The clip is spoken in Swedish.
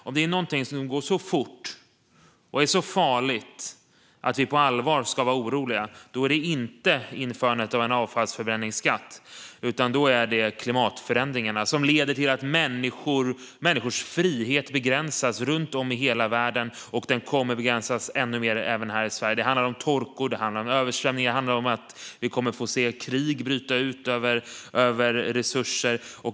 Om det är någonting som går så fort och är så farligt att vi på allvar ska vara oroliga är det inte införandet av en avfallsförbränningsskatt utan klimatförändringarna, som leder till att människors frihet begränsas runt om i hela världen. Den kommer att begränsas ännu mer även här i Sverige. Det handlar om torka. Det handlar om översvämningar. Det handlar om att vi kommer att få se krig bryta ut över resurser.